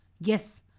Yes